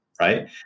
Right